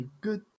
Good